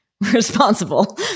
responsible